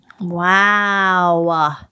Wow